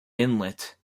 inlet